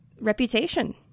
reputation